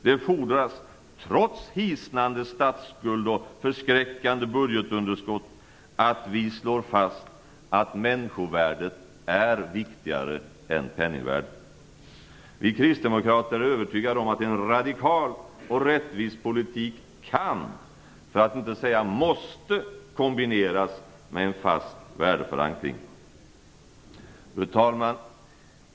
Det fordras att vi slår fast att människovärdet är viktigare än penningvärdet, trots en hisnande statsskuld och ett förskräckande budgetunderskott. Vi kristdemokrater är övertygade om att en radikal och rättvis politik kan, för att inte säga måste, kombineras med en fast värdeförankring. Fru talman!